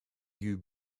you